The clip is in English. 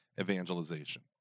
evangelization